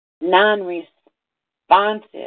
non-responsive